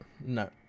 no